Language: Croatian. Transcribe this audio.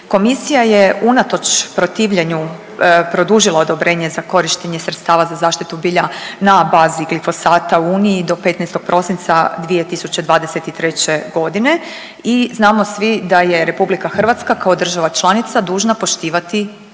Komisija je unatoč protivljenju produžila odobrenje za korištenje sredstava za zaštitu bilja na bazi glifosata u uniji do 15. prosinca 2023. godine i znamo svi da je RH kao država članica dužna poštivati tu